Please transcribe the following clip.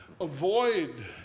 avoid